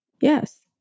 Yes